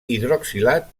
hidroxilat